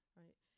right